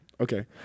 okay